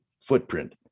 footprint